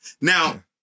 Now